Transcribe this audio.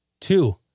Two